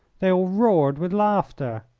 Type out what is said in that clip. they all roared with laughter.